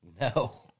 No